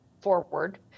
forward